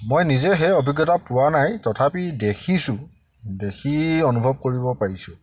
মই নিজে সেই অভিজ্ঞতা পোৱা নাই তথাপি দেখিছোঁ দেখি অনুভৱ কৰিব পাৰিছোঁ